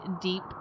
deep